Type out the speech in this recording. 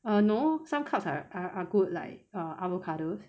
err no some carbs are are are good like err avocados